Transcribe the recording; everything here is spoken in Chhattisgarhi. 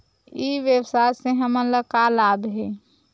ई व्यवसाय से हमन ला का लाभ हे?